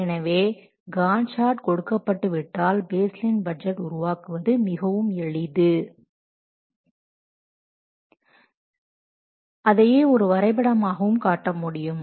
எனவே எனவே Gantt chart கொடுக்கப்பட்டு விட்டால் பேஸ் லைன் பட்ஜெட் உருவாக்குவது மிகவும் எளிது அதையே ஒரு வரைபடமாகவும் காட்ட முடியும்